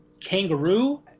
kangaroo